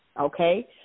Okay